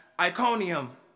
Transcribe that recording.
Iconium